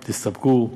תסתפקו.